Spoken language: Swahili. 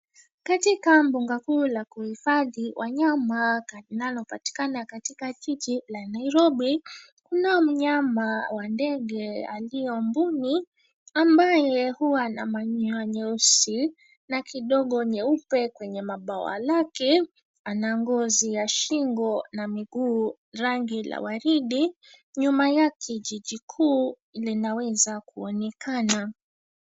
Katika mbuga kuu la kudifadhi wanyama linalopatikana katika jiji la Nairobi, kuna mnyama wa ndege aliyo mbuni ambaye huwa ana manyoya nyeusi na kidogo nyeupe kwenye mabawa lake. Ana ngozi ya shingo na miguu rangi la waridi. Nyuma yake jiji kuu linaweza kuonekana.